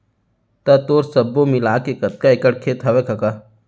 त तोर सब्बो मिलाके कतका एकड़ खेत हवय कका?